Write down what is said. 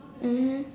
mmhmm